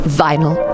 vinyl